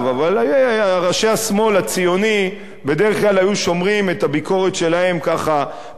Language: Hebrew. אבל ראשי השמאל הציוני בדרך כלל היו שומרים את הביקורת שלהם פנימה,